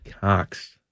Cox